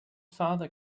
father